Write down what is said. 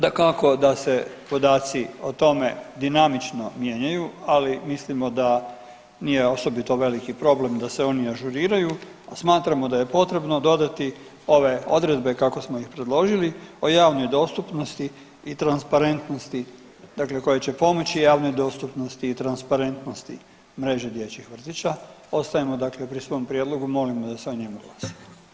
Dakako da se podaci o tome dinamično mijenjaju, ali mislimo da nije osobito veliki problem da se oni ažuriraju, a smatramo da je potrebno dodati ove odredbe kako smo ih predložili o javnoj dostupnosti i transparentnosti dakle koje će pomoći javnoj dostupnosti i transparentnosti mreže dječjih vrtića, ostajemo dakle pri svom prijedlogu i molimo da se o njemu glasa.